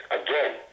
again